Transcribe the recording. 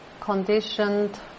conditioned